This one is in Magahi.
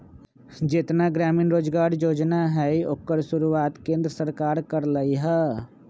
जेतना ग्रामीण रोजगार योजना हई ओकर शुरुआत केंद्र सरकार कर लई ह